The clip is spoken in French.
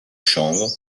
chanvre